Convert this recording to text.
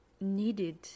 needed